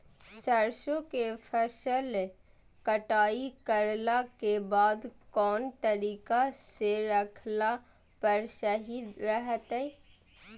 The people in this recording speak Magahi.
सरसों के फसल कटाई करला के बाद कौन तरीका से रखला पर सही रहतय?